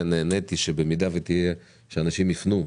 נעניתי שבמידה ואנשים יפנו,